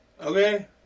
Okay